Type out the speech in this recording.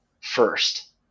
first